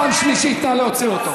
פעם שלישית, נא להוציא אותו.